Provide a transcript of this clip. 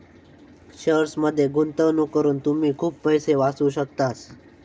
शेअर्समध्ये गुंतवणूक करून तुम्ही खूप पैसे वाचवू शकतास